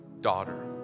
daughter